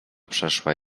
przeszła